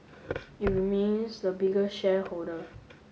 it remains the biggest shareholder